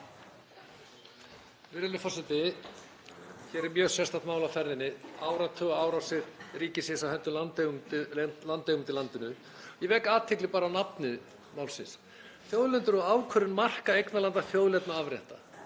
forseti. Hér er mjög sérstakt mál á ferðinni, áratugaárásir ríkisins á hendur landeigendum í landinu. Ég vek athygli á bara nafni málsins: Þjóðlendur og ákvörðun marka eignarlanda, þjóðlendna og afrétta.